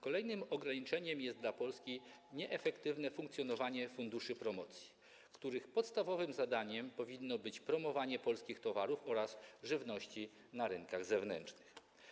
Kolejnym ograniczeniem dla Polski jest nieefektywne funkcjonowanie funduszy promocji, których podstawowym zadaniem powinno być promowanie polskich towarów oraz żywności na rynkach zewnętrznych.